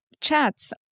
chats